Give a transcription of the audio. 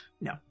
No